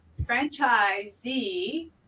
franchisee